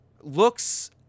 looks